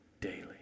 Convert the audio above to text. daily